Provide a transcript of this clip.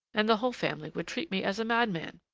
and the whole family would treat me as a madman!